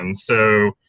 um so